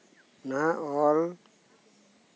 ᱱᱚᱣᱟ ᱚᱞ